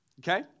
Okay